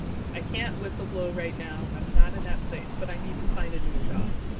i can't whistle-blow right now, i'm not in that place, but i need to find a new job,